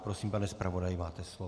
Prosím, pane zpravodaji, máte slovo.